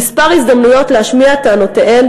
כמה הזדמנויות להשמיע את טענותיהן,